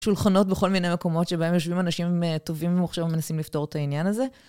שולחנות בכל מיני מקומות שבהם יושבים אנשים טובים ומנסים לפתור את העניין הזה.